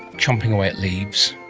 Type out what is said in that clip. chomping away at leaves.